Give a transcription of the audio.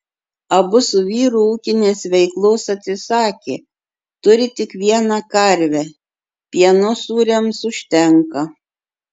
abu su vyru ūkinės veiklos atsisakė turi tik vieną karvę pieno sūriams užtenka